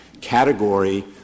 category